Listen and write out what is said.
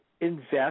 invest